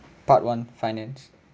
part one finance